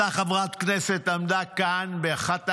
אותה חברת כנסת עמדה כאן באחת ההפגנות,